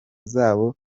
zabo